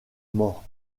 mort